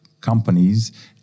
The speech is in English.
companies